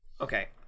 Okay